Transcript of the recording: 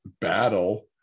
battle